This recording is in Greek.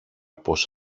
πως